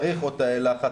צריך עוד תאי לחץ,